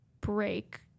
break